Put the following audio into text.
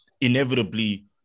inevitably